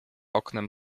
oknem